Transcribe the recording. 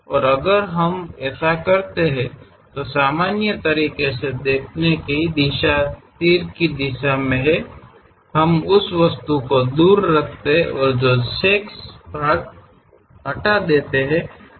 और अगर हम ऐसा करते हैं सामान्य तरीके से देखनी की दिशा तीर की दिशा में है हम उस वस्तु को दूर रखते हैं और जो शेष भाग को हटा देती है